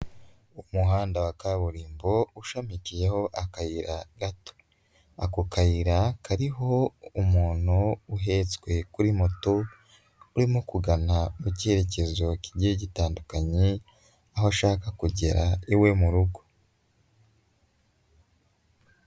Umuhanda wa kaburimbo ushamikiyeho akayira gato. Ako kayira kariho umuntu uhetswe kuri moto, urimo kugana mu cyerekezo kigiye gitandukanye, aho ashaka kugera iwe mu rugo.